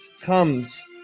comes